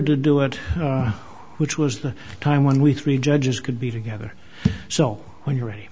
to do it hooch was the time when we three judges could be together so when you're ready